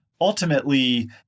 Ultimately